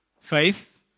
faith